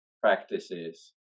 practices